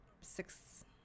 six